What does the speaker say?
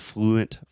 Fluent